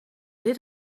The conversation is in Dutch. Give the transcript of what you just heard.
dit